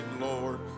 Lord